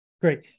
Great